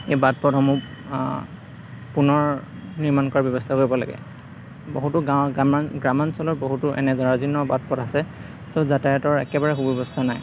এই বাট পথসমূহ পুনৰ নিৰ্মাণ কৰাৰ ব্যৱস্থা কৰিব লাগে বহুতো গাঁও গ্ৰামা গ্ৰামাঞ্চলৰ এনে জৰাজীৰ্ণ বাট পথ আছে তো যাতায়তৰ একেবাৰে সু ব্যৱস্থা নাই